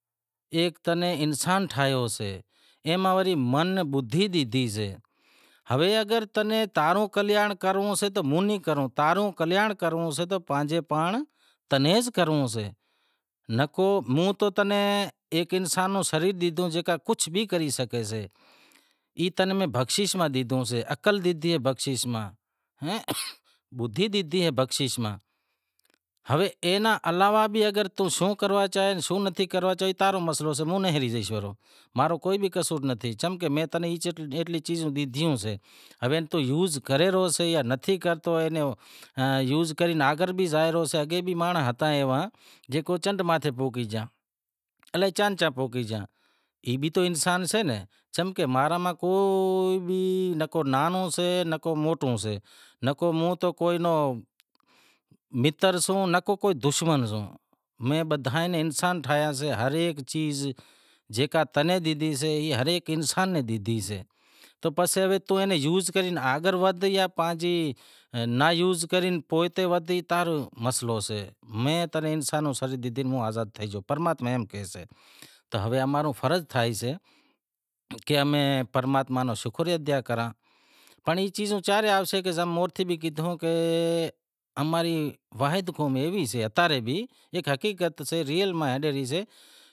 ایک تنیں انساں ٹھائیو سے اے ماں وری من بدہی ڈیدہی سے، ہوے تو تاں رو کلیانڑ کرنڑو سے تو موں نیں ئی کرنڑو سے، تاں رو کلیانڑ کرنڑو سے تو پانجے پانڑ تمیں ئی کرنڑو سےمووں تو تنیں ایک انسان رو سریر ڈیدہو جیکے کجھ بھی کری سگھے سی، ای تمیں بخشش میں ڈیدہو سے، عقل ڈیدہی اے بخشش میں، بدہی ڈیدہی اے بخشش میں اگر اینا علاوہ بھی تم شوں کرنڑ چاہیں شوں نتھی کرنڑ چاہیں ای تا رو مسیلو سے، ماں رو کوئ بھی قصور نتھی چمکہ موں تیں نوں ایتلوں چیزوں ڈیدہیوں سیں، ہوے تو یوز کرے رہیو سے یا نتھی کرتو یوز کرے آگر بھی زائے رہیو سے اگے بھی ایوا مانڑو ہتا جیکو چنڈ ماتھے پوجی گیا الائے چیاں چیاں پوجی گیا، اتو انسان سے چمکہ ماں را میں نکو کو ننہو سے نکو موٹو سے نکو موں تو کوئی نوں منتر سوں نکو کوئی دشمن سوں، میں بدہا ئی نیں انسان ٹھائیا سے، ہر ایک چیز را تنیں ڈیدہی سے ہر ایک انسان نیں ڈیدہی سے تو پسے وی تو یوز کرے آگر ودہے گیا یا ناں یوز کرے پوئتے ودہی اے تمارو مسئلو سے، موں تنیں ہر ایک شیز ڈے آزاد تھی گیو، تو ہوے امارو فرض تھائیسے کہ ہوے امیں پرماتما رو شکریو ادا کراں پنڑ اتاری ایک حقیقت سے ریئل ماں زوئیزے